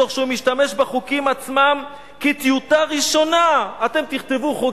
"תוך שהוא משתמש בחוקים עצמם כטיוטה ראשונה" אתם תכתבו חוק,